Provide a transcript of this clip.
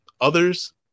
Others